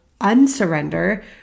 unsurrender